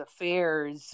affairs